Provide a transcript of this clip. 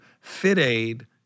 Fit-aid